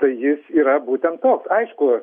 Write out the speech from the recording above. tai jis yra būtent toks aišku